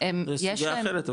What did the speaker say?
יש להם --- זה סוגייה אחרת,